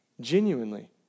genuinely